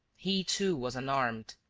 he, too, was unarmed.